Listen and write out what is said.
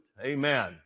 Amen